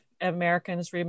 Americans